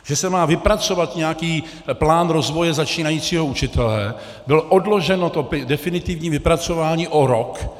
Že se má vypracovat nějaký plán rozvoje začínajícího učitele, bylo odloženo definitivní vypracování o rok.